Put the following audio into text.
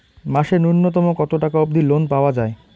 মাসে নূন্যতম কতো টাকা অব্দি লোন পাওয়া যায়?